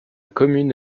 commune